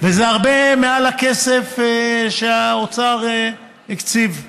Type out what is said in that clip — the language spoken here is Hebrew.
וזה הרבה מעל הכסף שהאוצר הקציב.